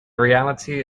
reality